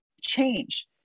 Change